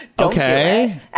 okay